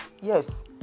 Yes